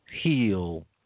heal